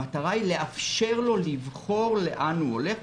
המטרה היא לאפשר לו לבחור לאן הוא הולך,